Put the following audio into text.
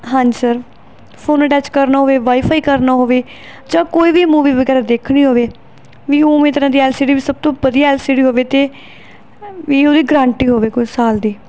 ਹਾਂਜੀ sir phone attach ਕਰਨਾ ਹੋਵੇ ਵਾਈਫਾਈ ਕਰਨਾ ਹੋਵੇ ਜਾਂ ਕੋਈ ਵੀ ਮੂਵੀ ਵਗੈਰਾ ਦੇਖਣੀ ਹੋਵੇ ਵੀ ਉਵੇਂ ਤਰ੍ਹਾਂ ਦੀ ਐਲ ਸੀ ਡੀ ਵੀ ਸਭ ਤੋਂ ਵਧੀਆ ਐਲ ਸੀ ਡੀ ਹੋਵੇ ਅਤੇ ਵੀ ਗਰੰਟੀ ਹੋਵੇ ਕੋਈ ਸਾਲ ਦੀ